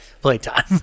Playtime